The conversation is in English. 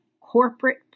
corporate